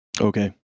Okay